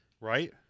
right